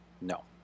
No